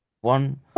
one